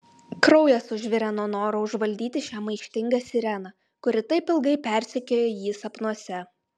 kraujas užvirė nuo noro užvaldyti šią maištingą sireną kuri taip ilgai persekiojo jį sapnuose